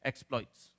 Exploits